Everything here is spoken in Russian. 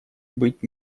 быть